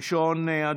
ראשון הדוברים,